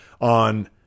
On